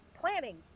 planning